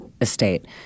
estate